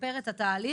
בימים האלה,